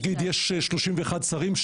נגיד יש 31 שרים,